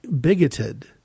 bigoted